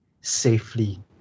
safely